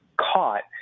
caught